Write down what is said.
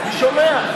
אני שומע.